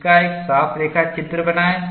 इसका एक साफ रेखाचित्रबनाएं